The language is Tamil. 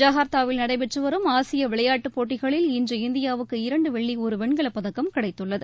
ஜகா்த்தாவில் நடைபெற்று வரும் ஆசிய விளையாட்டுப் போட்டிகளில் இன்று இந்தியாவுக்கு இரண்டு வெள்ளி ஒரு வெண்கலப்பதக்கம் கிடைத்துள்ளது